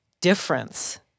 difference